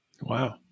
wow